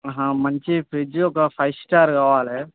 మంచి ఫ్రిజ్ ఒక five star కావాలి